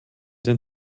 den